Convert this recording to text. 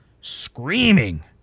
screaming